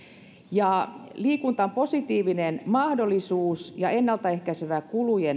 liikunta on positiivinen mahdollisuus ja ennalta ehkäisevä